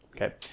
Okay